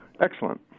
Excellent